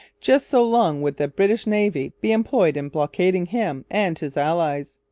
just so long would the british navy be employed in blockading him and his allies.